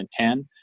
2010